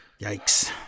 Yikes